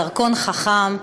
דרכון חכם,